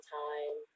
time